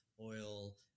oil